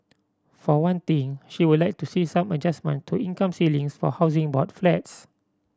for one thing she would like to see some adjustment to income ceilings for Housing Board flats